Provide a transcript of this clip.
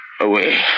Away